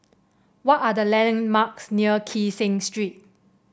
what are the landmarks near Kee Seng Street